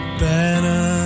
better